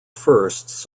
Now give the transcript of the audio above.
sought